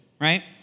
right